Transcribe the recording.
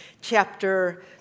chapter